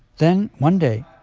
then one day,